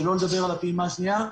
שלא לדבר על הפעימה השנייה.